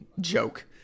joke